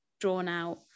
drawn-out